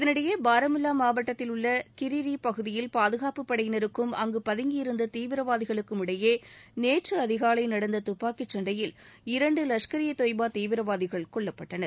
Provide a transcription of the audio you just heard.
இதனிடையே பாராமுல்லா மாவட்டத்தில் உள்ள கிரீரி பகுதியில் பாதுகாப்பு படையினருக்கும் அங்கு பதங்கியிருந்த தீவிரவாதிகளுக்குமிடையே நேற்று அதிகாலை நடந்த தப்பாக்கிச் சண்டையில் இரண்டு லஷ்கர் ஏ தொய்பா தீவிரவாதிகள் கொல்லப்பட்டனர்